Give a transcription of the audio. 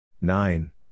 nine